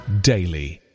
daily